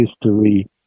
history